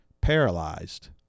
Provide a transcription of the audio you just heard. paralyzed